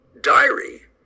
diary